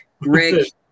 Rick